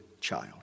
child